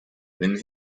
when